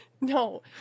No